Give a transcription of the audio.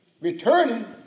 Returning